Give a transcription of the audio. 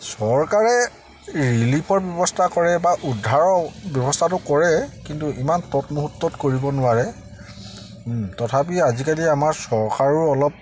চৰকাৰে ৰিলিফৰ ব্যৱস্থা কৰে বা উদ্ধাৰৰ ব্যৱস্থাটো কৰে কিন্তু ইমান তৎমহূৰ্তত কৰিব নোৱাৰে তথাপি আজিকালি আমাৰ চৰকাৰো অলপ